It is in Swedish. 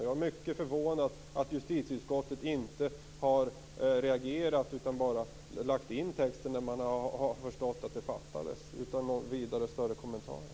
Jag är mycket förvånad över att justitieutskottet inte har reagerat utan bara utan några vidare kommentarer lagt in texten när man har förstått att den fattades.